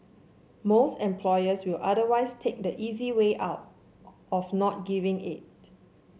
most employers will otherwise take the easy way out of not giving it